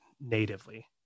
natively